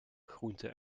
groenten